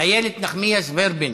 איילת נחמיאס ורבין,